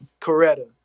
Coretta